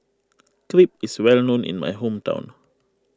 Crepe is well known in my hometown